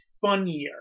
funnier